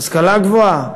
השכלה גבוהה?